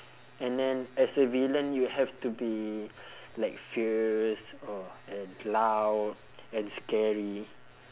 and then as a villain you have to be like fierce or and loud and scary